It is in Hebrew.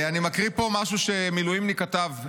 אני מקריא פה משהו שמילואימניק כתב.